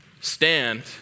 stand